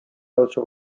oso